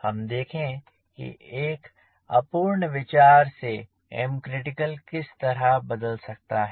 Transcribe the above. हम देखें कि एक अपूर्ण विचार से M critical किस तरह बदल सकता है